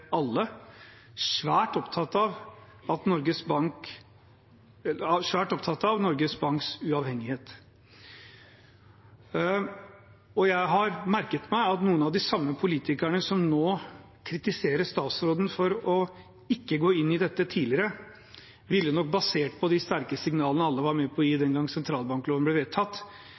alle, svært opptatt av Norges Banks uavhengighet. Jeg har merket meg at noen av de samme politikerne som nå kritiserer statsråden for ikke å ha gått inn i dette tidligere, nok ville, basert på de sterke signalene alle var med på å gi da sentralbankloven ble vedtatt,